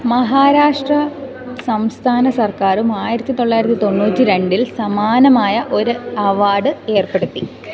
മഹാരാഷ്ട്ര സംസ്ഥാന സർക്കാരും ആയിരത്തിതൊള്ളായിരത്തിതൊണ്ണൂറ്റിരണ്ടിൽ സമാനമായ ഒരു അവാർഡ് ഏർപ്പെടുത്തി